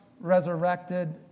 resurrected